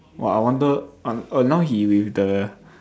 !wah! I wonder now he with the